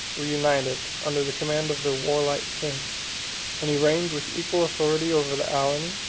were united under the command of their warlike king and he reigned with equal authority over the alani,